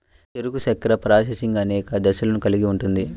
చెరకు చక్కెర ప్రాసెసింగ్ అనేక దశలను కలిగి ఉంటుంది